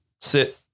sit